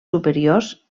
superiors